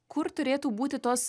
kur turėtų būti tos